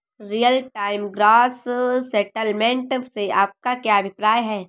Real time gross settlement से आपका क्या अभिप्राय है?